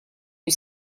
you